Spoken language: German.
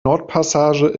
nordpassage